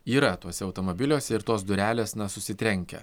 yra tuose automobiliuose ir tos durelės na susitrenkia